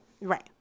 right